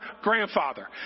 Grandfather